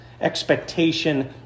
expectation